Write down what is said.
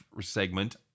segment